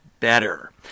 Better